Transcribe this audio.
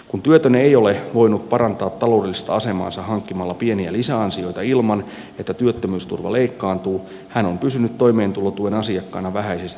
kun työtön ei ole voinut parantaa taloudellista asemaansa hankkimalla pieniä lisäansioita ilman että työttömyysturva leikkaantuu hän on pysynyt toimeentulotuen asiakkaana vähäisistä työtuloistaan huolimatta